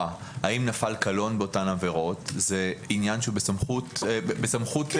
אם נפל קלון באותן עבירות זה עניין שבסמכות הגוף הבוחן.